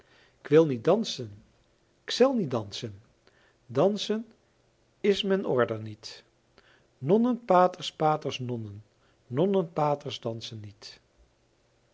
k wil niet dansen k zel niet dansen dansen is men order niet nonnen paters paters nonnen nonnen paters dansen niet